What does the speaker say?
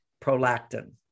prolactin